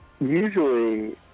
usually